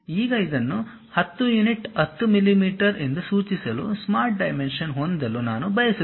ಈಗ ಇದನ್ನು 10 unit 10 millimetre ಎಂದು ಸೂಚಿಸಲು ಸ್ಮಾರ್ಟ್ ಡೈಮೆನ್ಷನ್ ಹೊಂದಲು ನಾನು ಬಯಸುತ್ತೇನೆ